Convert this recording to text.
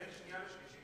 בין שנייה לשלישית.